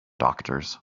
doctors